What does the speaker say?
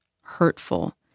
hurtful